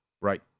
Right